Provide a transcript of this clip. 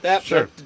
Sure